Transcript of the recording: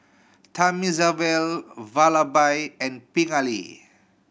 Thamizhavel Vallabhbhai and Pingali